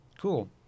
Cool